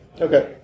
Okay